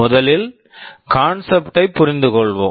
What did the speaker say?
முதலில் கருத்தை புரிந்துகொள்வோம்